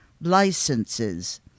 licenses